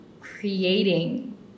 creating